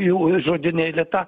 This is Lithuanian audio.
jų žodinėlį tą